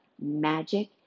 magic